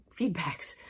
feedbacks